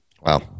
Wow